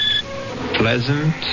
pleasant